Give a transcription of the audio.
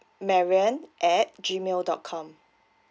marianne at gmail dot com